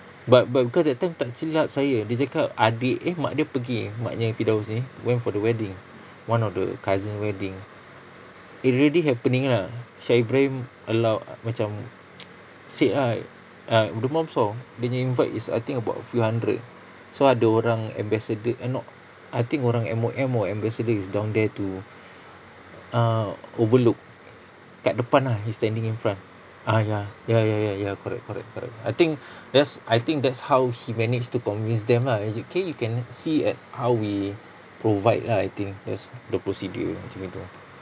but but because that time tak silap saya dia cakap adik eh mak dia pergi maknya firdaus ni went for the wedding one of the cousin wedding it already happening lah shah ibrahim allow macam said ah uh the mum saw dia punya invite is I think about a few hundred so ada orang ambassador eh no I think orang M_O_M or ambassador is down there to uh overlook kat depan ah he standing in front ah ya ya ya ya ya correct correct correct I think that's I think that's how he managed to convince them ah as in okay you can see at how we provide lah I think that's the procedure macam gitu